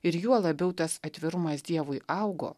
ir juo labiau tas atvirumas dievui augo